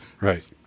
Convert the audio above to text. right